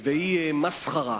והיא "מסחרה".